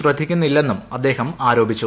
ശ്രദ്ധിക്കുന്നില്ലെന്നും അദ്ദേഹം ആരോപിച്ചു